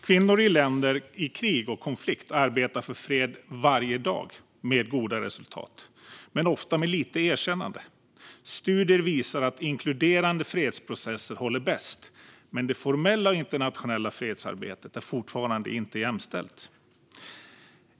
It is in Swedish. Kvinnor i länder i krig och konflikt arbetar för fred varje dag med goda resultat, men ofta med lite erkännande. Studier visar att inkluderande fredsprocesser håller bäst. Men det formella och internationella fredsarbetet är fortfarande inte jämställt.